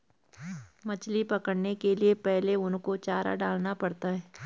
मछली पकड़ने के लिए पहले उनको चारा डालना होता है